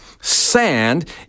Sand